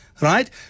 Right